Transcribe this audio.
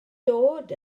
dod